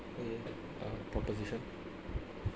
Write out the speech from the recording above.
um uh proposition